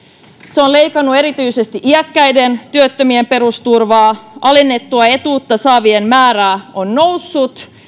se on leikannut erityisesti iäkkäiden työttömien perusturvaa alennettua etuutta saavien määrä on noussut